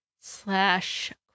slash